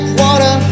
water